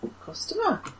customer